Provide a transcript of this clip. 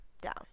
down